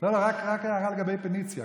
רק הערה לגבי פניציה.